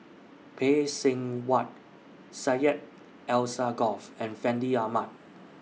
Phay Seng Whatt Syed Alsagoff and Fandi Ahmad